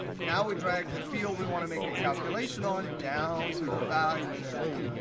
now, we drag the field we want to make a calculation on down to the values area.